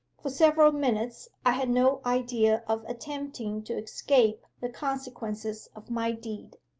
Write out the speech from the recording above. for several minutes i had no idea of attempting to escape the consequences of my deed.